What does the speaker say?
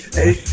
Hey